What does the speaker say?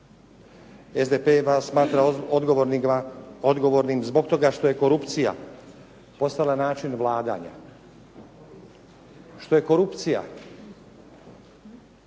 vas smatra odgovornim zbog toga što je korupcija postala način vladanja, što je korupcija